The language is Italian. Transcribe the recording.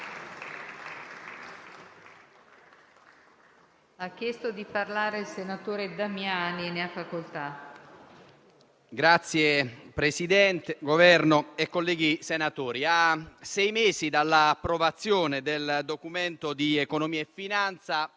rappresentanti del Governo, colleghi senatori, a sei mesi dall'approvazione del Documento di economia e finanza,